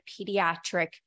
pediatric